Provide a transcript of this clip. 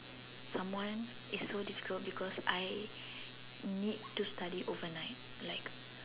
someone is so difficult because I need to study overnight like